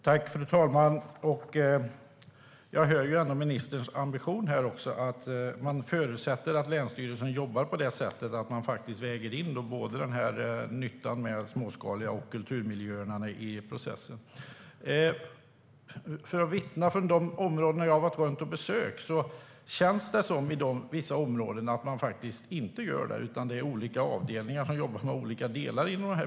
Fru talman! Jag hör ändå ministerns ambition här: Man förutsätter att länsstyrelserna jobbar så att de faktiskt väger in både nyttan med den småskaliga vattenkraften och kulturmiljöerna i processen. I vissa av de områden som jag har besökt känns det dock som om man faktiskt inte gör det, utan det är olika avdelningar som jobbar med olika delar.